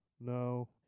No